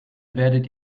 werdet